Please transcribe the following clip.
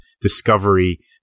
discovery